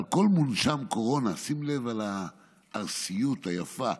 על כל מונשם קורונה" שים לב לארסיות היפה,